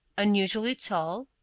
unusually tall,